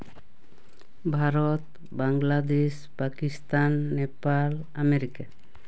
Bharat Bangladesh Pakistan Nepal America